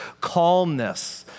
calmness